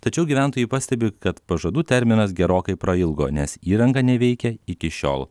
tačiau gyventojai pastebi kad pažadų terminas gerokai prailgo nes įranga neveikia iki šiol